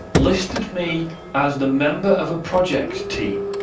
listed me as the member of a project team?